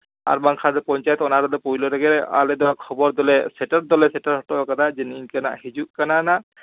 ᱟᱨ ᱵᱟᱝᱠᱷᱟᱱ ᱫᱚ ᱯᱚᱧᱪᱟᱭᱮᱛ ᱚᱱᱟ ᱨᱮᱫᱚ ᱯᱳᱭᱞᱳ ᱨᱮᱜᱮ ᱟᱞᱮ ᱫᱚ ᱠᱷᱚᱵᱚᱨ ᱫᱚᱞᱮ ᱥᱮᱴᱮᱨ ᱫᱚᱞᱮ ᱥᱮᱴᱮᱨ ᱦᱚᱴᱚᱣᱟᱠᱟᱫᱟ ᱡᱮ ᱱᱤᱝᱠᱟᱹᱱᱟᱜ ᱦᱤᱡᱩᱜ ᱠᱟᱱᱟ ᱱᱟ